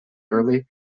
early